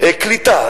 קליטה,